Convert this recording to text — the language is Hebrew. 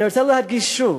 אני רוצה להדגיש שוב: